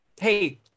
hey